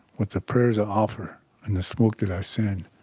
with the prayers i offer, and the smoke that i send.